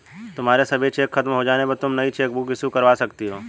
तुम्हारे सभी चेक खत्म हो जाने पर तुम नई चेकबुक इशू करवा सकती हो